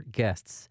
guests